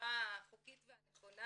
בצורה החוקית והנכונה,